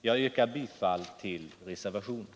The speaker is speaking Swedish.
Jag yrkar bifall till reservationen.